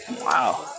Wow